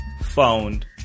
found